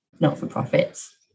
not-for-profits